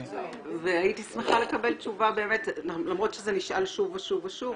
למרות שזה נשאל שוב ושוב ושוב,